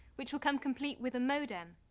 which will come complete with a modem.